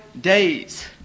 days